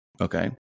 Okay